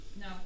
No